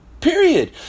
period